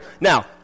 Now